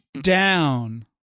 down